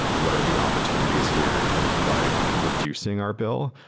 what are the opportunities here in terms of like reducing our bill?